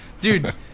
Dude